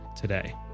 today